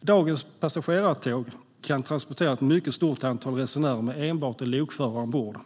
Dagens passagerartåg kan transportera ett mycket stort antal resenärer med enbart en lokförare ombord.